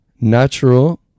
natural